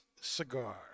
cigar